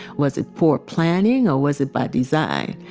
was it poor planning, or was it by design?